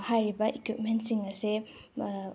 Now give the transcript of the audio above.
ꯍꯥꯏꯔꯤꯕ ꯏꯀ꯭ꯋꯤꯞꯃꯦꯟꯁꯤꯡ ꯑꯁꯦ